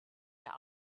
der